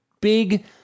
big